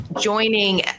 joining